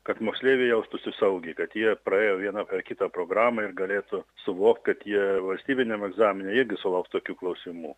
kad moksleiviai jaustųsi saugiai kad jie praėjo vieną ar kitą programą ir galėtų suvokt kad jie valstybiniam egzamine irgi sulauks tokių klausimų